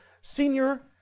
senior